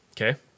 Okay